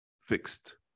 fixed